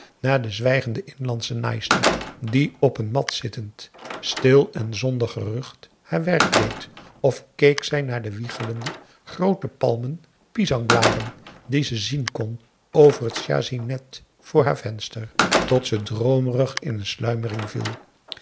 naar de zwijgende inlandsche naaister die op een mat zittend stil en zonder gerucht haar werk deed of keek zij naar de wiegelende groote palmen pisangblaren die ze zien kon over het chassinet voor haar venster tot ze droomerig in een sluimering viel